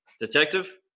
Detective